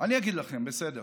אני אגיד לכם, בסדר.